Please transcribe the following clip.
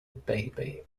baby